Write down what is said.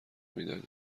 میدانیم